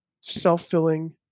self-filling